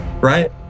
right